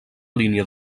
línia